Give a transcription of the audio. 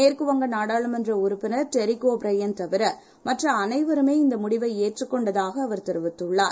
மேற்குவங்கநாடாளுமன்றஉறுப்பினர்டெரிக்ஓபிரையன்தவிரமற்றஅனைவருமேஇந் தமுடிவைஏற்றுக்கொண்டதாகஅவர்தெரிவித்துள்ளார்